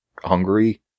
hungry